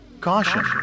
Caution